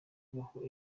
kubaho